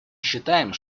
считаем